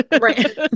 right